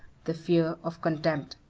the fear of contempt.